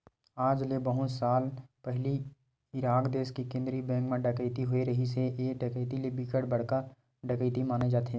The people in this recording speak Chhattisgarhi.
आज ले बहुत साल पहिली इराक देस के केंद्रीय बेंक म डकैती होए रिहिस हे ए डकैती ल बिकट बड़का डकैती माने जाथे